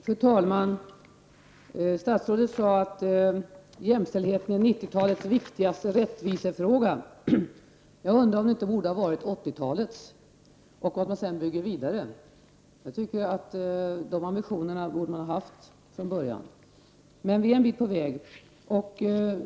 Fru talman! Statsrådet sade att jämställdheten är 90-talets viktigaste rättvisefråga. Den borde nog ha varit 80-talets viktigaste, och från detta borde man bygga vidare. De ambitionerna borde man ha haft från början. Men vi är en bit på väg.